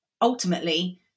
Ultimately